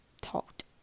talked